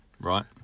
Right